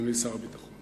אדוני שר הביטחון,